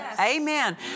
Amen